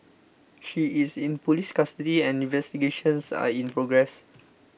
she is in police custody and investigations are in progress